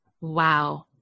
Wow